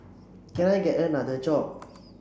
can I get another job